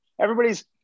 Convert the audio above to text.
everybody's